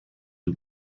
and